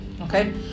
Okay